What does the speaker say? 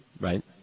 Right